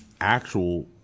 actual